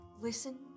listen